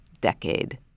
decade